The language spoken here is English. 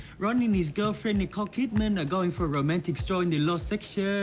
ronny and his girlfriend, nicole kidman, are going for a romantic stroll in the last section.